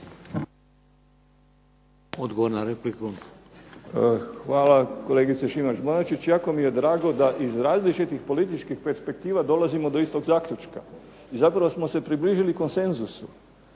Srećko (SDP)** Hvala kolegici Šimac-Bonačić. Jako mi je drago da iz različitih političkih perspektiva dolazimo do istog zaključka i zapravo smo se približili konsenzusu